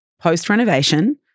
post-renovation